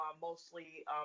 mostly